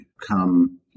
come